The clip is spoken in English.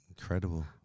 Incredible